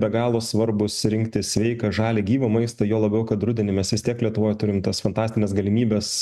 be galo svarbūs rinktis sveiką žalią gyvą maistą juo labiau kad rudenį mes vis tiek lietuvoj turim tas fantastines galimybes